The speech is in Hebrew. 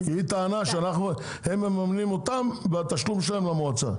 היא טענה שהם מממנים אותם בתשלום שלהם למועצה.